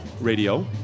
Radio